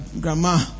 Grandma